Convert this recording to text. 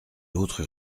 l’autre